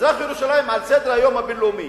מזרח-ירושלים היא על סדר-היום הבין-לאומי.